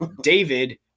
David